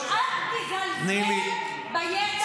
אל תזלזל בידע הפוליטי שלי, להגיד לי "תדקלמי".